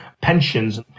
pensions